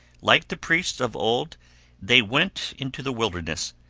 like the priests of old they went into the wilderness,